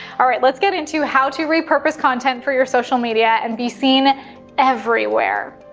alright, let's get into how to repurpose content for your social media and be seen everywhere.